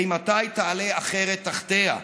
אימתי תעלה אחרת תחתיה.